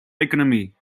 economie